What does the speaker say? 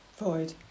Void